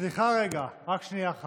סליחה רגע, רק שנייה אחת.